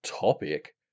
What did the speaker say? topic